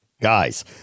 Guys